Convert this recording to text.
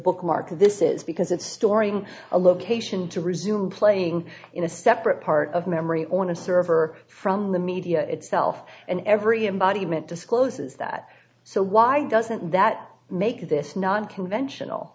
bookmark this is because it's storing a location to resume playing in a separate part of memory on a server from the media itself and every embodiment discloses that so why doesn't that make this non conventional